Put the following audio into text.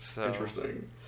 Interesting